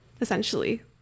essentially